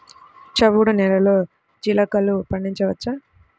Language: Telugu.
చవుడు నేలలో జీలగలు పండించవచ్చా?